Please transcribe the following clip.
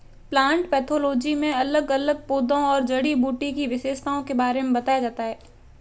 plant pathology में अलग अलग पौधों और जड़ी बूटी की विशेषताओं के बारे में बताया जाता है